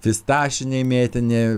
fistašiniai mėtinė